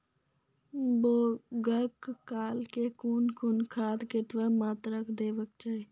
बौगक काल मे कून कून खाद केतबा मात्राम देबाक चाही?